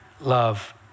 love